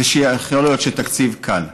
זה יכול להיות תקציב קל.